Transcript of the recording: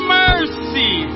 mercy